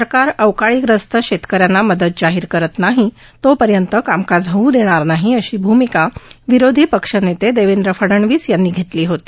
सरकार अवकाळीग्रस्त शेतकऱ्यांना मदत जाहीर करत नाही तोपर्यंत कामकाज होऊ देणार नाही अशी भूमिका विरोधीपक्ष नेते देवेंद्र फडणवीस यांनी घेतली होती